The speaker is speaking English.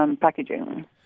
packaging